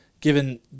given